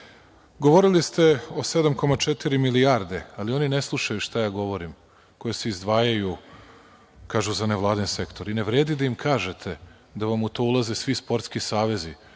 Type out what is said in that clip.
ste o 7,4 milijarde, ali oni ne slušaju šta ja govorim, koje se izdvajaju, kažu, za nevladin sektor. Ne vredi da im kažete da vam u to ulaze svi sportski savezi,